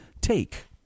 take